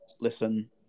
Listen